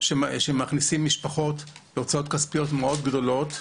שמכניסים משפחות להוצאות כספיות מאוד גדולות,